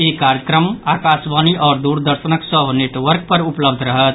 ई कार्यक्रम आकाशवाणी आओर दूरदर्शनक सभ नेटवर्क उपलब्ध रहत